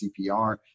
CPR